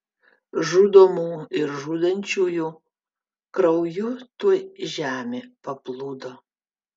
žudomų ir žudančiųjų krauju tuoj žemė paplūdo